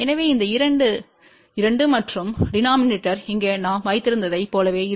எனவே இந்த இரண்டு இரண்டு மற்றும் டெனோமினேடோர் இங்கே நாம் வைத்திருந்ததைப் போலவே இருக்கும் 2Z Z0